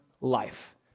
life